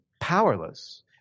powerless